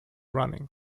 running